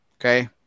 okay